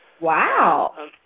wow